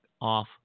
off